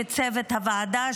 וצוות הוועדה,